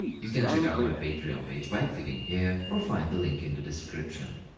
you can check out my patreon page by clicking here or find the link in the description.